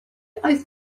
oedd